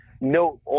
no